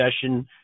session